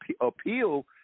appeal